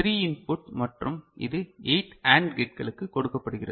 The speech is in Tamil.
3 இன்புட் மற்றும் இது 8 AND கேட்களுக்கு கொடுக்கப்படுகிறது